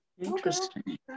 Interesting